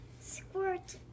Squirt